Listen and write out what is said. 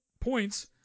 points